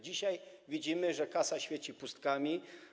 Dzisiaj widzimy, że kasa świeci pustkami.